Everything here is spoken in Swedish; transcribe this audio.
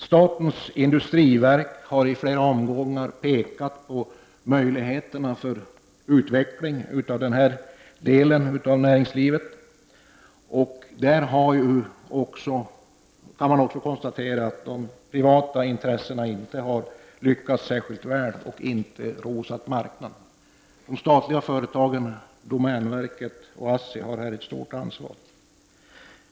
Statens industriverk har i flera omgångar pekat på möjligheterna för utveckling av denna del av näringslivet, och man kan konstatera att de privata intressena på detta område inte har lyckats särskilt väl och inte har rosat marknaden. De statliga företagen domänverket och ASSI har här ett stort ansvar.